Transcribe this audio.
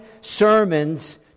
sermons